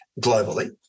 globally